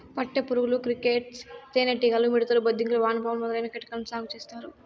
పట్టు పురుగులు, క్రికేట్స్, తేనె టీగలు, మిడుతలు, బొద్దింకలు, వానపాములు మొదలైన కీటకాలను సాగు చేత్తారు